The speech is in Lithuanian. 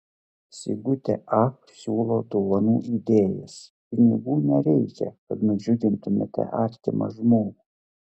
sigutė ach siūlo dovanų idėjas pinigų nereikia kad nudžiugintumėte artimą žmogų